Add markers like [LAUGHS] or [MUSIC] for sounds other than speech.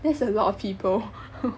that's a lot of people [LAUGHS]